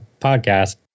podcast